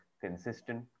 consistent